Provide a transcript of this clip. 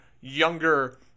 younger